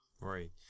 right